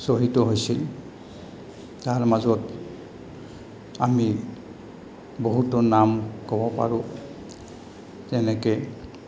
শ্বহীদো হৈছিল তাৰ মাজত আমি বহুতো নাম ক'ব পাৰোঁ যেনেকে